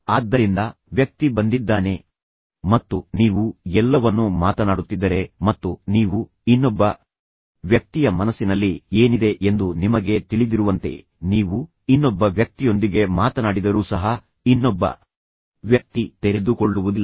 ಆದ್ದರಿಂದ ವ್ಯಕ್ತಿ ಬಂದಿದ್ದಾನೆ ಮತ್ತು ನೀವು ಎಲ್ಲವನ್ನೂ ಮಾತನಾಡುತ್ತಿದ್ದರೆ ಮತ್ತು ನೀವು ಇನ್ನೊಬ್ಬ ವ್ಯಕ್ತಿಯ ಮನಸ್ಸಿನಲ್ಲಿ ಏನಿದೆ ಎಂದು ನಿಮಗೆ ತಿಳಿದಿರುವಂತೆ ನೀವು ಇನ್ನೊಬ್ಬ ವ್ಯಕ್ತಿಯೊಂದಿಗೆ ಮಾತನಾಡಿದರೂ ಸಹ ಇನ್ನೊಬ್ಬ ವ್ಯಕ್ತಿ ತೆರೆದುಕೊಳ್ಳುವುದಿಲ್ಲ